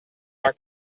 our